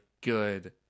good